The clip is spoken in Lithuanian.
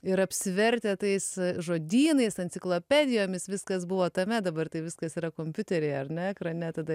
ir apsivertę tais žodynais enciklopedijomis viskas buvo tame dabar tai viskas yra kompiuteryje ar ne ekrane tada